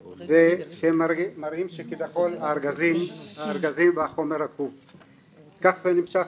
שמראות שכביכול הארגזים והחומר --- כך זה נמשך